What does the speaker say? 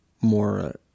more